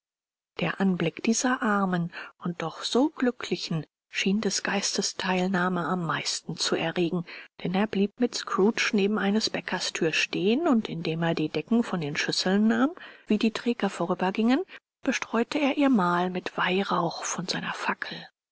der anblick dieser armen und doch so glücklichen schien des geistes teilnahme am meisten zu erregen denn er blieb mit scrooge neben eines bäckers thür stehen und indem er die decken von den schüsseln nahm wie die träger vorübergingen bestreute er ihr mahl mit weihrauch von seiner fackel